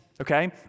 okay